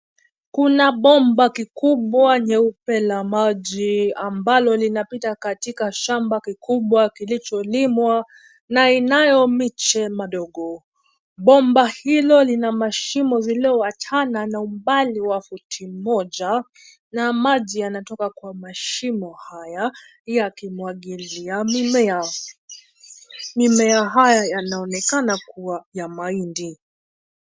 Kuna bomba kikubwa nyeupe la maji ambalo linapita katika shamba kikubwa kilicholimwa na inayo miche madogo. Bomba hilo lina mashimo zilizowachana na umbali wa futi moja, na maji yanatoka kwa mashimo haya, yakimwagilia mimea. Mimea haya yanaonekana kuwa ya mahindi.